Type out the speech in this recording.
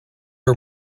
are